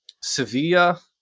Sevilla